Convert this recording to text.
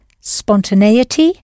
spontaneity